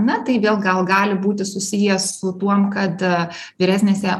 na tai vėl gal gali būti susiję su tuom kad vyresnėse